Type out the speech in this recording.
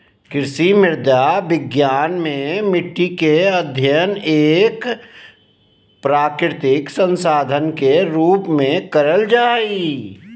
कृषि मृदा विज्ञान मे मट्टी के अध्ययन एक प्राकृतिक संसाधन के रुप में करल जा हई